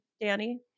Danny